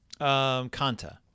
Kanta